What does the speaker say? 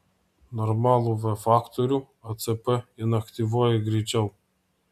normalų v faktorių acp inaktyvuoja greičiau